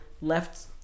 left